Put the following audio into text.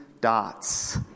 dots